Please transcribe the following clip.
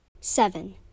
Seven